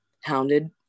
hounded